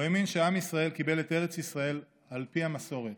הוא הבין שעם ישראל קיבל את ארץ ישראל על פי המסורת